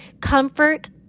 Comfort